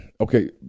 Okay